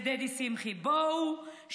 דדי שמחי: בואו,